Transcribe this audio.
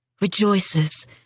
rejoices